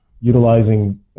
utilizing